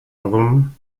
rum